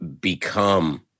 become